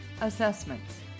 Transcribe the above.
assessments